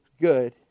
good